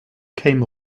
came